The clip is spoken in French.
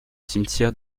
cimetière